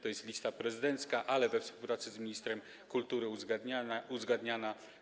To jest lista prezydencka, ale we współpracy z ministrem kultury uzgadniana.